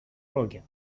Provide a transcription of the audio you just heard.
роге